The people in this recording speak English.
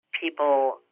people